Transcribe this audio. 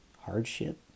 Hardship